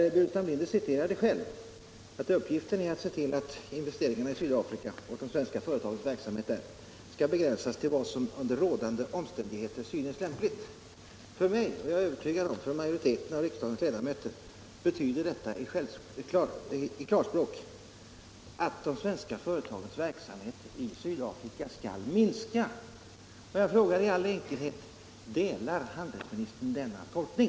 Herr Burenstam Linder citerade själv att uppgiften är att se till att investeringarna i Sydafrika och de svenska företagens verksamhet där skall begränsas till vad som under rådande omständigheter synes lämpligt. För mig — och även för majoriteten av riksdagens ledamöter, det är jag övertygad om =— betyder detta i klarspråk att de svenska företagens verksamhet i Sydafrika skall minska. Och jag frågar i all enkelhet: Delar handelsministern denna tolkning?